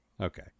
Okay